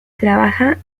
trabaja